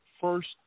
first